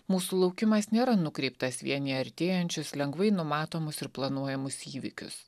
mūsų laukimas nėra nukreiptas vien į artėjančius lengvai numatomus ir planuojamus įvykius